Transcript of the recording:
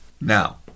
Now